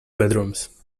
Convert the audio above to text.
bedrooms